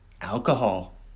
Alcohol